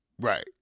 Right